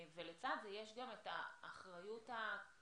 לצד זה יש גם את האחריות הקהילתית